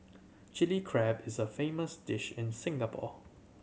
Chilli Crab is a famous dish in Singapore